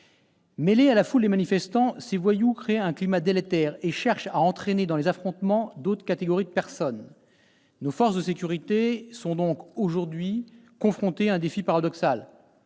Mêlés à la foule des manifestants, ces voyous créent un climat délétère et cherchent à entraîner dans les affrontements d'autres catégories de personnes. Nos forces de sécurité sont donc aujourd'hui confrontées à un défi paradoxal